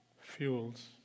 fuels